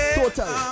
total